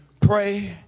Pray